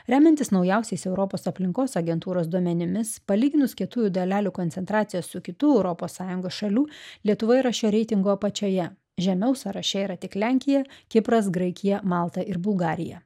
remiantis naujausiais europos aplinkos agentūros duomenimis palyginus kietųjų dalelių koncentraciją su kitų europos sąjungos šalių lietuva yra šio reitingo apačioje žemiau sąraše yra tik lenkija kipras graikija malta ir bulgarija